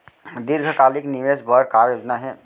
दीर्घकालिक निवेश बर का योजना हे?